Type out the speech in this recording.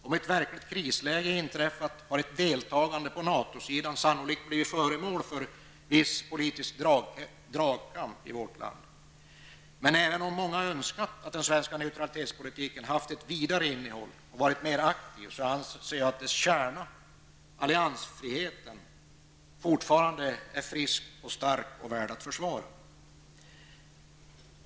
Om ett verkligt krisläge hade inträffat skulle ett deltagande på NATO-sidan sannolikt ha blivit föremål för viss politisk dragkamp i vårt land. Även om många önskat att den svenska neutralitetspolitiken skulle ha haft ett vidare innehåll och varit mer aktiv, så anser jag att dess kärna -- alliansfriheten -- fortfarande är frisk och stark och värd att försvara.